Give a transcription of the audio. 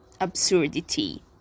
absurdity